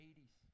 80s